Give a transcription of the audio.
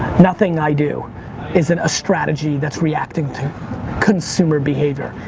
nothing i do isn't a strategy that's reacting to consumer behavior.